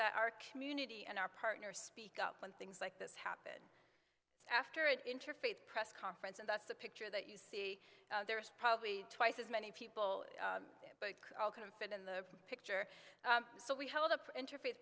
that our community and our partners speak up when things like this happen after an interfaith press conference and that's the picture that you see there is probably twice as many people but all kind of fit in the picture so we held up interfaith